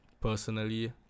personally